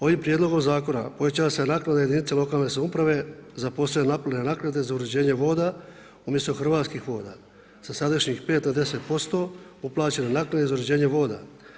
Ovim prijedlogom zakona povećava se naknada jedinica lokalne samouprave za poslove … naknade za uređenje voda, umjesto Hrvatskih voda, sa sadašnjih 5 na 10% uplaćenih naknadi za uređenje voda.